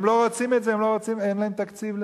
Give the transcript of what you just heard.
הם לא רוצים את זה, אין להם תקציב לזה.